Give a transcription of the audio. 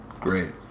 Great